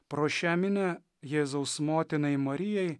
pro šią minią jėzaus motinai marijai